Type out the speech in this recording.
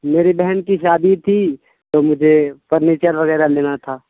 میری بہن کی شادی تھی تو مجھے فرنیچر وغیرہ لینا تھا